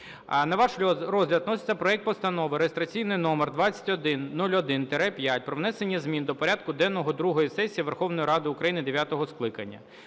На ваш розгляд вноситься проект Постанови (реєстраційний номер 2101-5) про внесення змін до порядку денного другої сесії Верховної Ради України дев'ятого скликання.